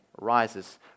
rises